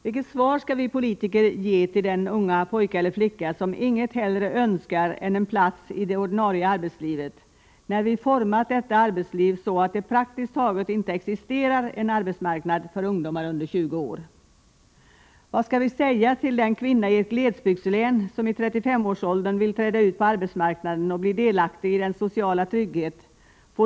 Vilket svar skall vi politiker ge till den unga pojke eller flicka som inget hellre önskar än en plats i det ordinarie arbetslivet. när vi format detta arbetsliv så att det praktiskt taget inte existerar en arbetsmarknad för ungdomar under 20 år? Vad skall vi säga till den kvinna i ett glesbygdslän som i 35-årsåldern vill träda ut på arbetsmarknaden och bli delaktig i den sociala trygghet.